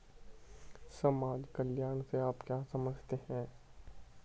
समाज कल्याण से आप क्या समझते हैं?